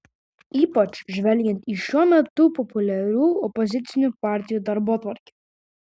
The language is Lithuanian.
ypač žvelgiant į šiuo metu populiarių opozicinių partijų darbotvarkę